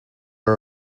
are